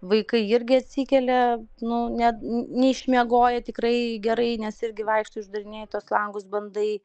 vaikai irgi atsikelia nu ne neišmiegoję tikrai gerai nes irgi vaikštai uždarinėji tuos langus bandai